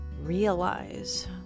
realize